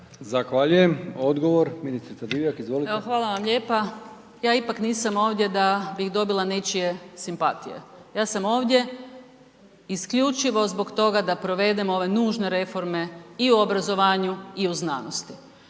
Zahvaljujem. Odgovor, ministrica Divjak. Izvolite. **Divjak, Blaženka** Evo, hvala vam lijepa. Ja ipak nisam ovdje da bih dobila nečije simpatije. Ja sam ovdje isključivo zbog toga da provedemo ove nužne reforme i u obrazovanju i u znanosti.